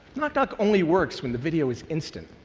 knock knock only works when the video is instant.